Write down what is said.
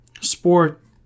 sport